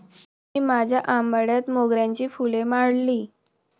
मी माझ्या आंबाड्यात मोगऱ्याची फुले माळली